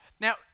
Now